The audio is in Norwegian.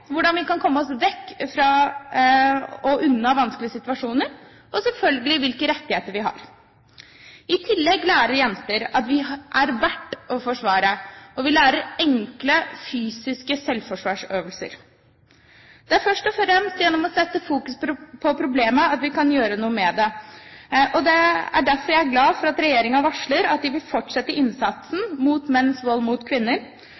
hvordan vi kan komme oss unna i vanskelige situasjoner, og selvfølgelig hvilke rettigheter vi har. I tillegg lærer jenter at vi er verdt å forsvare, og vi lærer enkle fysiske selvforsvarsøvelser. Det er først og fremst gjennom å sette fokus på problemet at vi kan gjøre noe med det, og jeg er derfor glad for at regjeringen varsler at de vil fortsette innsatsen mot menns vold mot kvinner